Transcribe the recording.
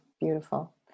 Beautiful